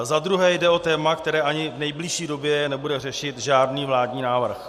Za druhé jde o téma, které ani v nejbližší době nebude řešit žádný vládní návrh.